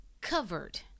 covered